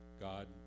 God